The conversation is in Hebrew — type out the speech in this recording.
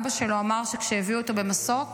אבא שלו אמר שכשהביאו אותו במסוק,